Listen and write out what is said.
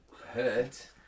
hurt